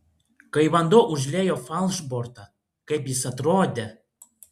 kai vanduo užliejo falšbortą kaip jis atrodė